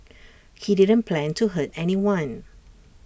he didn't plan to hurt anyone